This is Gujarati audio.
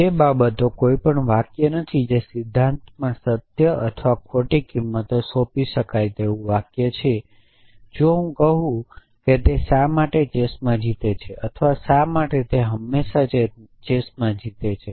તે બાબતો કોઈ પણ વાક્ય નથી જે સિદ્ધાંતમાં સત્ય અથવા ખોટી કિંમત સોંપી શકાય તેવું વાક્ય છે જો હું કહું કે તે શા માટે ચેસમાં જીતે છે અથવા શા માટે તે હંમેશા ચેસમાં જીતે છે